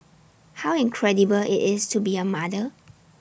how incredible IT is to be A mother